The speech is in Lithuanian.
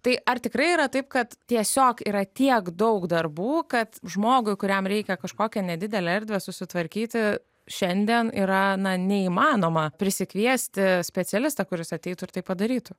tai ar tikrai yra taip kad tiesiog yra tiek daug darbų kad žmogui kuriam reikia kažkokią nedidelę erdvę susitvarkyti šiandien yra na neįmanoma prisikviesti specialistą kuris ateitų ir tai padarytų